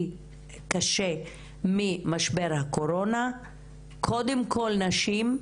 קשה ממשבר הקורונה אלו קודם כל הנשים,